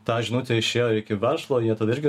ta žinutė išėjo iki verslo jie tada irgi